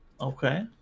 okay